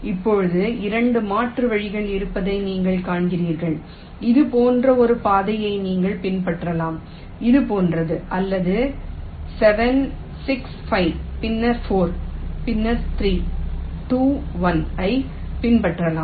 இப்போது 2 மாற்று வழிகள் இருப்பதை நீங்கள் காண்கிறீர்கள் இது போன்ற ஒரு பாதையை நீங்கள் பின்பற்றலாம் இது போன்றது அல்லது 7 6 5 பின்னர் 4 பின்னர் 3 2 1 ஐப் பின்பற்றலாம்